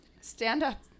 stand-up